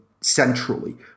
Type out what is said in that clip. centrally